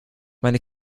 meine